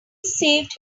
saved